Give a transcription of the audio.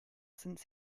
since